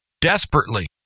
desperately